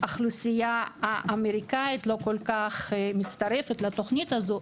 שהאוכלוסייה האמריקאית לא כל כך מצטרפת לתוכנית הזו,